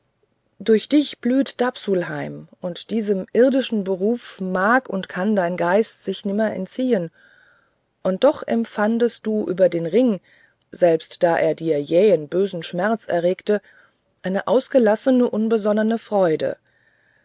durch dich blüht dapsulheim und diesem irdischen beruf mag und kann dein geist sich nimmer entziehen und doch empfandest du über den ring selbst da er dir jähen bösen schmerz erregte eine ausgelassene unbesonnene freude